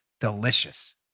delicious